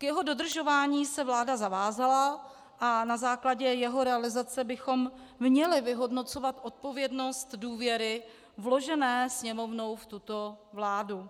K jeho dodržování se vláda zavázala a na základě jeho realizace bychom měli vyhodnocovat odpovědnost důvěry vložené Sněmovnou v tuto vládu.